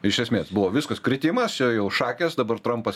iš esmės buvo viskas kritimas čia jau šakės dabar trampas